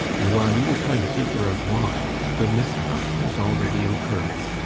and while you are trying to figure out why, the mishap has already occurred.